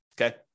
okay